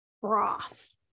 broth